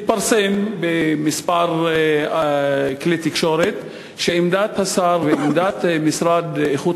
התפרסם בכמה כלי תקשורת שעמדת השר ועמדת המשרד להגנת